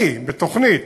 אני, בתוכנית